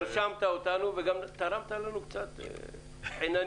הרשמת אותנו וגם תרמת לנו קצת חינניות,